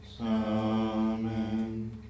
Amen